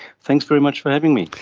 thanks very much for having me.